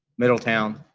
middletown,